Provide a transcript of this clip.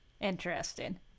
interesting